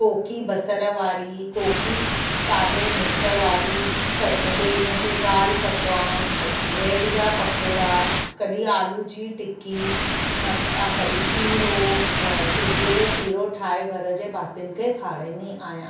कोकी बसर वारी कोकी काले मिर्च वारी क ॿिए ॾींहं ते दालि पकवान कॾहिं ब्रैड जा पकौड़ा कॾहिं आलू जी टिक्की मति कॾहिं सीरो अ सूजीअ जो सीरो ठाहे घर जे भातीनि खे खाराईंदी आहियां